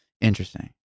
Interesting